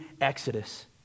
exodus